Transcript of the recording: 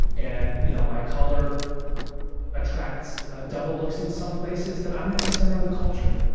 and you know my color attracts ah double looks in some places, that i'm at the center of the culture?